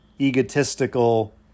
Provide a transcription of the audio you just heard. egotistical